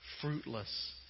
fruitless